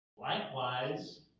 Likewise